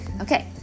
okay